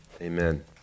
amen